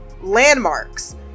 landmarks